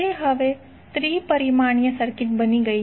તે હવે 3 પરિમાણીય સર્કિટ બની ગઈ છે